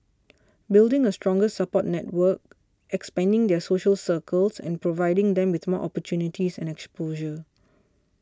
building a stronger support network expanding their social circles and providing them with more opportunities and exposure